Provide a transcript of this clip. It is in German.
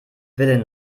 willen